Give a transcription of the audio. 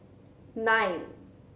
nine